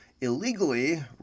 illegally